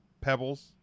pebbles